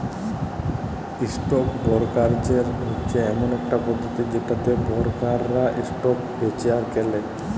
stock brokerage হচ্যে ইমন একট পধতি যেটতে বোরকাররা ইসটক বেঁচে আর কেলে